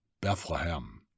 Bethlehem